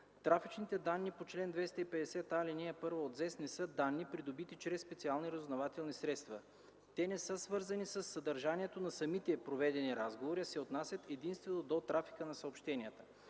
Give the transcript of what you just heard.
трафичните данни по чл. 250а, ал. 1 от ЗЕС не са данни, придобити чрез специални разузнавателни средства. Те не са свързани със съдържанието на самите проведени разговори, а се отнасят единствено до трафика на съобщенията.